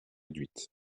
réduites